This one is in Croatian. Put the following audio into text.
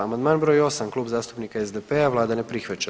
Amandman br. 8, Kluba zastupnika SDP-a, Vlada ne prihvaća.